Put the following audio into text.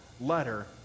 letter